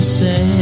say